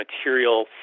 material